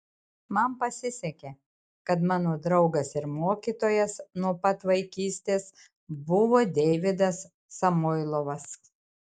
man pasisekė kad mano draugas ir mokytojas nuo pat vaikystės buvo deividas samoilovas